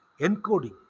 encoding